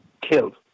killed